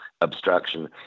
obstruction